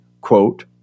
quote